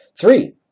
Three